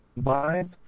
vibe